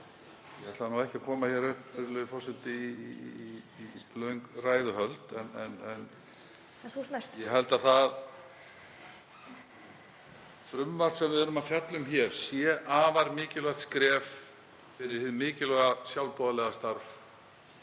Ég ætlaði ekki að koma hér upp, virðulegur forseti, í löng ræðuhöld en ég held að það frumvarp sem við erum að fjalla um hér sé afar mikilvægt skref fyrir hið mikilvæga sjálfboðaliðastarf